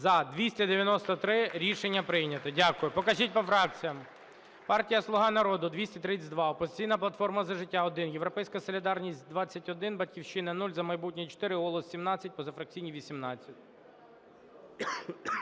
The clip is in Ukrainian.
За-293 Рішення прийнято. Дякую. Покажіть по фракціям. Партія "Слуга народу" – 232, "Опозиційна платформа - За життя" – 1, "Європейська солідарність" – 21, "Батьківщина" – 0, "За майбутнє" – 4, "Голос" – 17, позафракційні – 18.